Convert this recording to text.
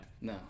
no